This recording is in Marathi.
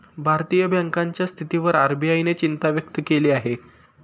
भारतीय बँकांच्या स्थितीवर आर.बी.आय ने चिंता व्यक्त केली आहे